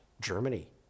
Germany